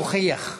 ויוכיח.